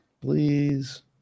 Please